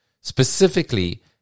Specifically